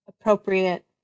appropriate